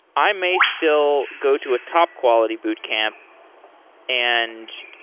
i may still go to a top quality boot camp and